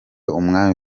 umwami